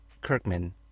Kirkman